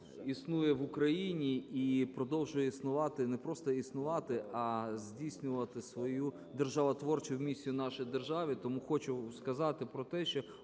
існує в Україні, і продовжує існувати, і не просто існувати, а здійснювати свою державотворчу місію в нашій державі. Тому хочу сказати про те, що